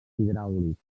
hidràulic